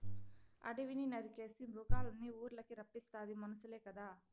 అడివిని నరికేసి మృగాల్నిఊర్లకి రప్పిస్తాది మనుసులే కదా